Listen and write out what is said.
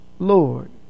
Lord